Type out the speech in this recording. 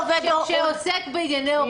שעוסק בענייני הוראה.